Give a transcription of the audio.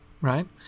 right